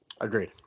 Agreed